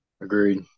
Agreed